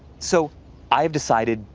so i've decided,